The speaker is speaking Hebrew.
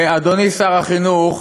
אדוני שר החינוך,